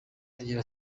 agira